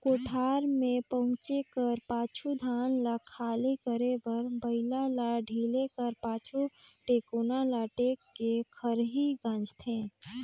कोठार मे पहुचे कर पाछू धान ल खाली करे बर बइला ल ढिले कर पाछु, टेकोना ल टेक के खरही गाजथे